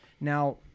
now